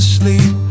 sleep